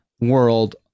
world